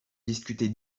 discuter